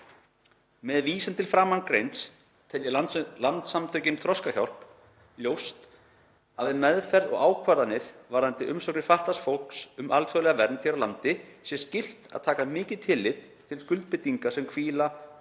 Með vísan til framangreinds telja Landssamtökin Þroskahjálp ljóst að við meðferð og ákvarðanir varðandi umsóknir fatlaðs fólks um alþjóðlega vernd hér á landi sé skylt að taka mikið tillit til skuldbindinga sem hvíla á